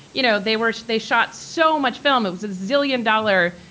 you know, they weren't they shot so much film. it was a zillion dollar,